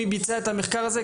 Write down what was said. מי ביצע את המחקר הזה?